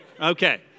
Okay